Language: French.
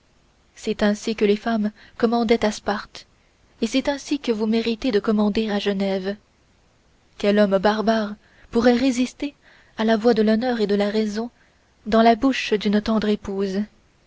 c'est ainsi que les femmes commandaient à sparte et c'est ainsi que vous méritez de commander à genève quel homme barbare pourrait résister à la voix de l'honneur et de la raison dans la bouche d'une tendre épouse